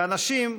ואנשים,